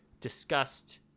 discussed